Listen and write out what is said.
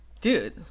dude